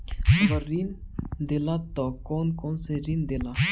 अगर ऋण देला त कौन कौन से ऋण देला?